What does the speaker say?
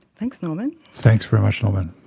thanks norman. thanks very much norman.